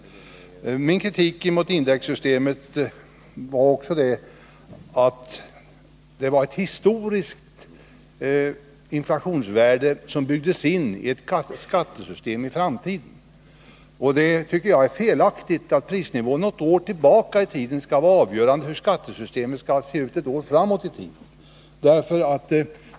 Min kritik emot indexsystemet gick också ut på att det är ett historiskt inflationsvärde som byggs in i skattesystemet. Jag tycker det är felaktigt att prisnivån något år tillbaka i tiden skall vara avgörande för hur skattesystemet skall se ut ett år framåt i tiden.